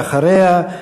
ואחריה,